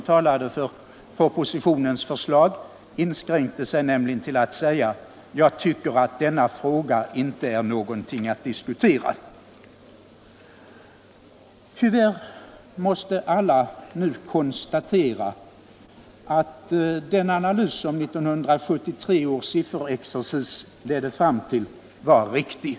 talade för propositionens förslag, inskränkte sig nämligen till att säga: ”Jag tycker att denna fråga inte är någonting att diskutera.” Tyvärr måste alla nu konstatera att den analys som 1973 års sifferexercis ledde fram till var riktig.